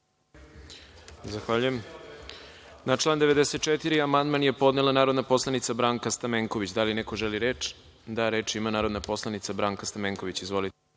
Zahvaljujem. Na član 94. amandman je podnela narodni poslanik Branka Stamenković. Da li neko želi reč? (Da)Reč ima narodni poslanik Branka Stamenković. Izvolite.